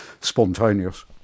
spontaneous